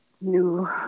new